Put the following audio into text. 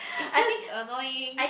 it's just annoying